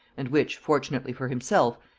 and which, fortunately for himself,